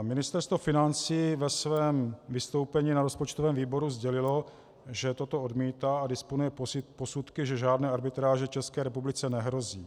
Ministerstvo financí ve svém vystoupení na rozpočtovém výboru sdělilo, že toto odmítá a disponuje posudky, že žádné arbitráže České republice nehrozí.